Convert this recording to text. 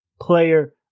Player